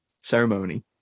ceremony